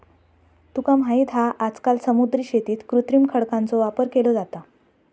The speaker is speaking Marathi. तुका माहित हा आजकाल समुद्री शेतीत कृत्रिम खडकांचो वापर केलो जाता